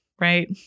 right